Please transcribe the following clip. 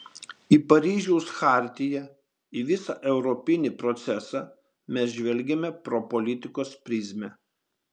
į paryžiaus chartiją į visą europinį procesą mes žvelgiame pro politikos prizmę